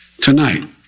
Tonight